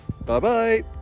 Bye-bye